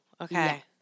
Okay